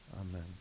Amen